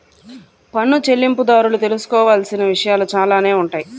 పన్ను చెల్లింపుదారులు తెలుసుకోవాల్సిన విషయాలు చాలానే ఉంటాయి